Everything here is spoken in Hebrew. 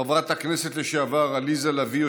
חברת הכנסת לשעבר עליזה לביא,